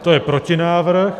To je protinávrh.